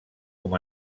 com